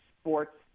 sports